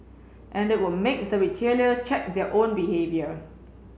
and it will make the retailer check their own behavior